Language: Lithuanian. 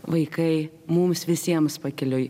vaikai mums visiems pakeliui